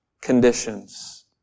conditions